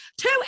two